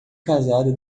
casado